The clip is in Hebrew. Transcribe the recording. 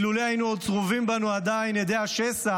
אילולא היו עדיין צרובים בנו הדי השסע